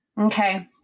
Okay